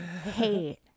hate